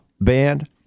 band